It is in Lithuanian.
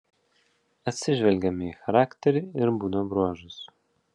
atsižvelgiame į charakterį ir būdo bruožus